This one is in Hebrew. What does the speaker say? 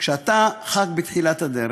כשאתה בתחילת הדרך,